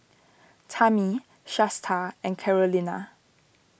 Tammi Shasta and Carolina